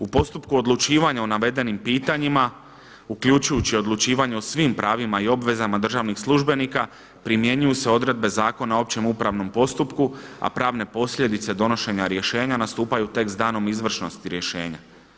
U postupku odlučivanja o navedenim pitanjima uključujući odlučivanje o svim pravima i obvezama državnih službenika primjenjuju se odredbe Zakona o općem upravnom postupku, a pravne posljedice donošenja rješenja nastupaju tek s danom izvršnosti rješenja.